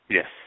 Yes